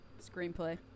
Screenplay